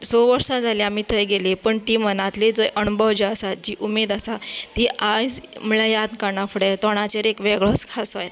स वर्सां जाली आमी थंय गेली पण ती मनांतली जंय अणभव जे आसा जीं उमेद आसा ती आज म्हणल्यार याद काडना फुडें तोंडाचेर एक वेगळोंच हांसो येता